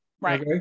Right